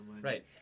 right